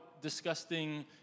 disgusting